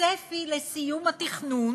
הצפי לסיום התכנון